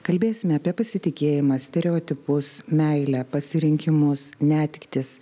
kalbėsime apie pasitikėjimą stereotipus meilę pasirinkimus netektis